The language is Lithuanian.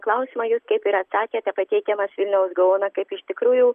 klausimą jūs kaip ir atsakėte pateikiamas vilniaus gaoną kaip iš tikrųjų